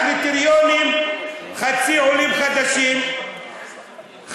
הקריטריונים: חצי עולים חדשים,